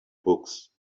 books